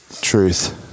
Truth